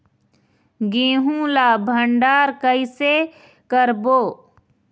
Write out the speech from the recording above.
गेहूं ला भंडार कई से करबो?